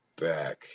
back